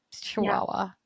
Chihuahua